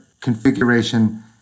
configuration